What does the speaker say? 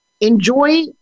enjoy